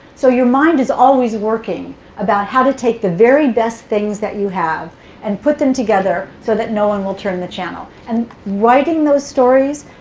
so your mind is always working about how to take the very best things that you have and put them together so that no one will turn the channel. and writing those stories,